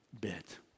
bit